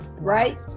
Right